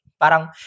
parang